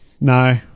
No